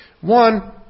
one